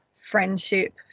friendship